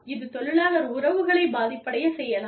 இது தொழிலாளர் உறவுகளைப் பாதிப்படையச் செய்யலாம்